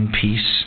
Peace